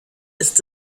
ist